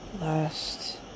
last